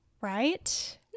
right